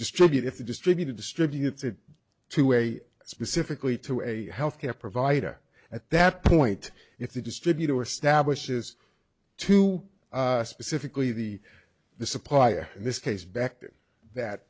distribute if the distributor distributes it to a specifically to a health care provider at that point if the distributor were stablish is to specifically the the supplier in this case back then that